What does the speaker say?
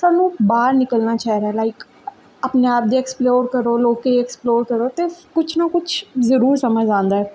सानूं बाह्र निकलना चाहिदा ऐ लाइक अपने आप गी ऐक्सपलोर करो लोकें गी ऐक्सपलोर करो ते कुछ न कुछ जरूर समझ आंदा ऐ